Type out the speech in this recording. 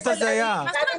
תודה,